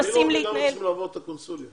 אני לא מבין למה צריכים לעבור את הקונסוליה.